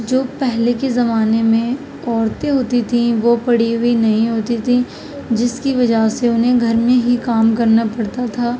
جو پہلے کے زمانے میں عورتیں ہوتی تھیں وہ پڑھی ہوئی نہیں ہوتی تھیں جس کی وجہ سے انہیں گھرمیں ہی کام کرنا پڑتا تھا